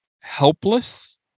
helpless